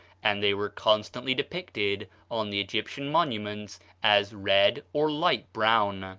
and they were constantly depicted on the egyptian monuments as red or light brown.